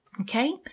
okay